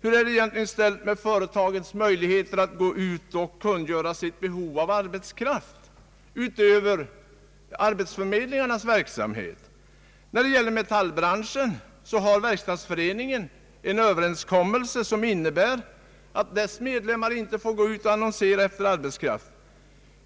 hur det är ställt med företagens möjligheter att gå ut och kungöra sitt behov av arbetskraft, alltså utöver arbetsförmedlingarnas verksamhet. När det gäller metallbranschen har Verkstadsföreningen en Ööverenskommelse som innebär att dess medlemmar inte får gå ut och annonsera efter arbetskraft.